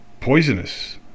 poisonous